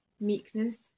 meekness